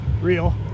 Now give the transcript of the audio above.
real